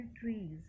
trees